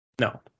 No